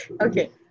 okay